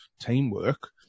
teamwork